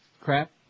crap